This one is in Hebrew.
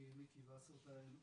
אני מיקי וסרטייל,